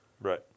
Right